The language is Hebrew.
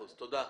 תודה.